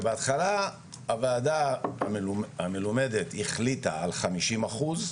ובהתחלה הוועדה המלומדת החליטה על חמישים אחוז,